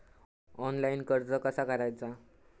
Online कर्ज कसा करायचा?